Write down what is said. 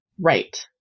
right